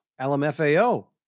lmfao